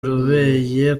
urebeye